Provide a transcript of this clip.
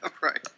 right